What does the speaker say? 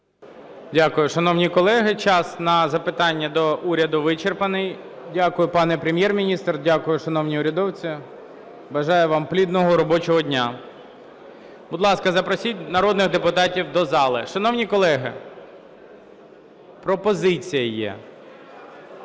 Дякую. Шановні колеги, час на "запитання до Уряду" вичерпаний. Дякую, пане Прем'єр-міністр, дякую, шановні урядовці. Бажаю вам плідного робочого дня. Будь ласка, запросіть народних депутатів до зали. Шановні колеги, пропозиція є.